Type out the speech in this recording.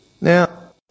Now